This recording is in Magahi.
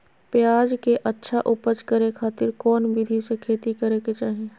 प्याज के अच्छा उपज करे खातिर कौन विधि से खेती करे के चाही?